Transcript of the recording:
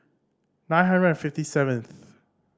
nine hundred and fifty seventh